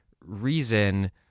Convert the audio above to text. reason